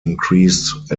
increased